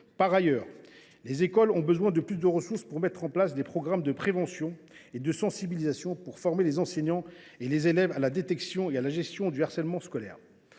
Par ailleurs, les écoles ont besoin de plus de ressources pour mettre en place des programmes de prévention et de sensibilisation, afin de former les enseignants et les élèves à la détection et à la gestion du harcèlement scolaire.